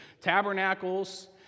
Tabernacles